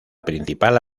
principal